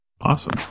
Awesome